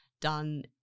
done